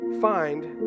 find